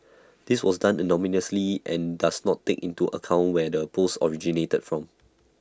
this was done anonymously and does not take into account where the post originated from